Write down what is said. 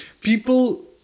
people